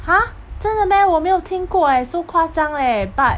!huh! 真的 meh 我没有听过 eh so 夸张 leh but